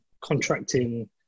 contracting